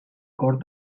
cort